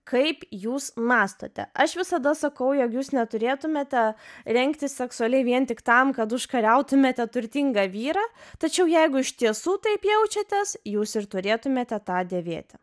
kaip jūs mąstote aš visada sakau jūs neturėtumėte rengtis seksualiai vien tik tam kad užkariautumėte turtingą vyrą tačiau jeigu iš tiesų taip jaučiatės jūs ir turėtumėte tą dėvėti